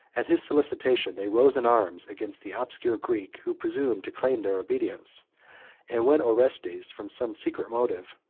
at his solicitation they rose in arms against the obscure greek, who presumed to claim their obedience and when orestes, from some secret motive,